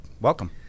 welcome